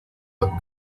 der